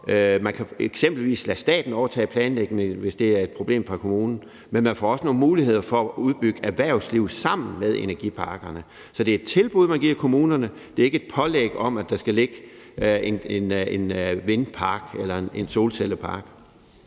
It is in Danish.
at man eksempelvis kan lade staten overtage planlægningen, hvis det er et problem for kommunen, men man får også nogle muligheder for at udbygge erhvervsliv sammen med energiparkerne. Så det er et tilbud, man giver kommunerne; det er ikke et pålæg om, at der skal ligge en vindmøllepark eller en solcellepark.